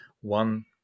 one